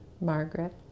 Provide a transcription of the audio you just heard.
Margaret